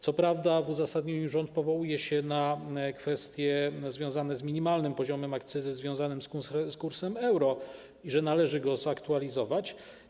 Co prawda w uzasadnieniu rząd powołuje się na kwestie związane z minimalnym poziomem akcyzy związanym z kursem euro i na to, że należy go zaktualizować.